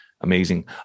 amazing